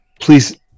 Please